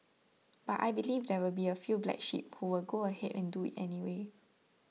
but I believe there will be a few black sheep who would go ahead and do it anyway